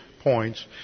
points